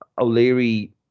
O'Leary